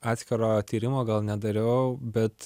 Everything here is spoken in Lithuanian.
atskiro tyrimo gal nedariau bet